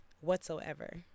whatsoever